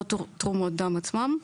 לא תרומות דם עצמם,